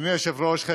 אדוני היושב-ראש,